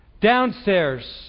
Downstairs